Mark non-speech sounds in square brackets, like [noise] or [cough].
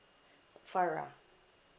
[breath] farah